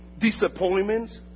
disappointments